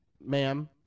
Ma'am